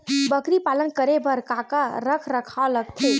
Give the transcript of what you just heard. बकरी पालन करे बर काका रख रखाव लगथे?